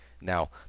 Now